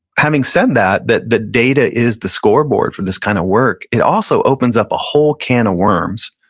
having said that that the data is the scoreboard for this kind of work, it also opens up a whole can of worms.